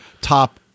top